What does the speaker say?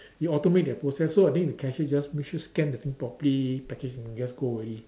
it automate their process so I think the cashier just make sure scan the thing properly package and just go already